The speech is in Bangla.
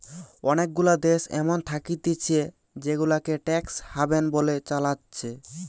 অনেগুলা দেশ এমন থাকতিছে জেগুলাকে ট্যাক্স হ্যাভেন বলে চালাচ্ছে